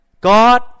God